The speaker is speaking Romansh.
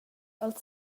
als